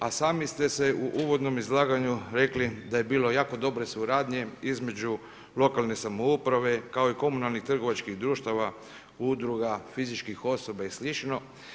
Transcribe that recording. A sami ste se u uvodnom izlaganju rekli, da je bilo jako dobre suradnje između lokalne samouprave, kao i komunalnih trgovačkih društava, udruga, fizičkih osoba i slično.